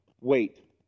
wait